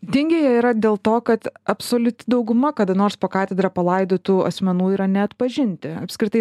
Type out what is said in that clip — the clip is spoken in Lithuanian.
dingę jie yra dėl to kad absoliuti dauguma kada nors po katedra palaidotų asmenų yra neatpažinti apskritai